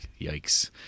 yikes